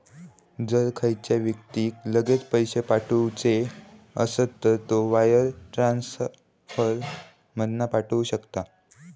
जर खयच्या व्यक्तिक लगेच पैशे पाठवुचे असत तर तो वायर ट्रांसफर मधना पाठवु शकता